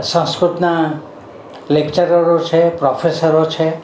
સંસ્કૃતના લેક્ચરરો છે પ્રોફેસરો છે